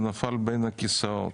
זה נופל בין הכיסאות.